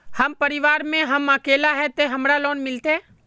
हम परिवार में हम अकेले है ते हमरा लोन मिलते?